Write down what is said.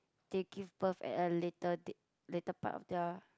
they give birth at a later date later part of their